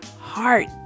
Heart